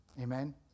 Amen